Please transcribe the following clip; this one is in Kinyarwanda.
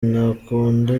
ntakunda